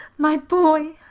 my boy!